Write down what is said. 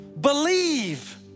believe